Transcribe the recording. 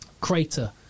crater